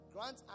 grant